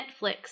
Netflix